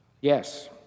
Yes